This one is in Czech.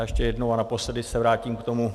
Já ještě jednou a naposledy se vrátím k tomu.